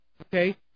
Okay